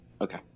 Okay